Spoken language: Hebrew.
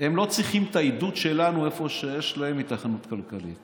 לא צריכים את העידוד שלנו איפה שיש להם היתכנות כלכלית.